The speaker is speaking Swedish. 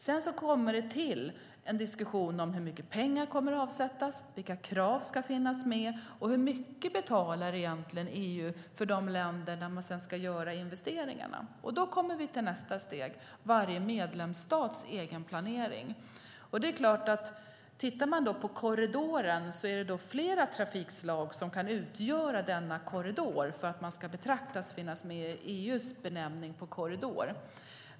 Sedan kommer det till en diskussion om hur mycket pengar som ska avsättas, vilka krav som ska finnas med och hur mycket EU egentligen betalar för de länder där man ska göra investeringarna. Då kommer vi till nästa steg: varje medlemsstats egen planering. Det är flera trafikslag som kan utgöra denna korridor enligt EU:s benämning korridor.